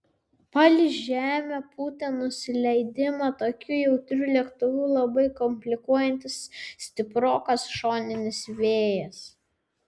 palei žemę pūtė nusileidimą tokiu jautriu lėktuvu labai komplikuojantis stiprokas šoninis vėjas